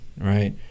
right